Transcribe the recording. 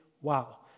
wow